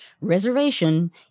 reservation